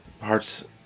parts